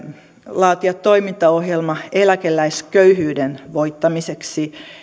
laatia toimintaohjelma eläkeläisköyhyyden voittamiseksi